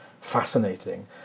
fascinating